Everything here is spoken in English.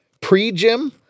pre-gym